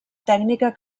tècnica